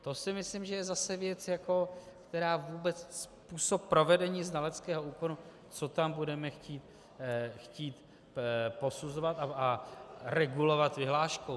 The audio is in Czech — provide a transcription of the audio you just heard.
To si myslím, že je věc, která vůbec způsob provedení znaleckého úkonu, co tam budeme chtít posuzovat a regulovat vyhláškou?